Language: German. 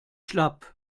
schlapp